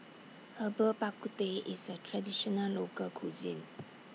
Herbal Bak Ku Teh IS A Traditional Local Cuisine